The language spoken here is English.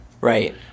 Right